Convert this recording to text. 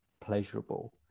pleasurable